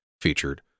featured